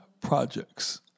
Projects